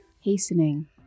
Hastening